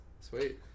Sweet